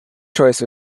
choice